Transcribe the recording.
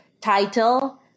title